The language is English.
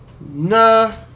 nah